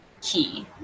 key